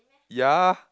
ya